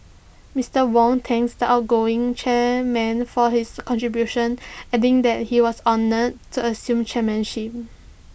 Mister Wong thanked the outgoing chairman for his contributions adding that he was honoured to assume chairmanship